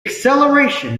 acceleration